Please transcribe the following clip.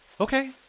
Okay